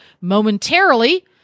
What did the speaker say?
momentarily